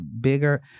bigger